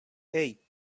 hey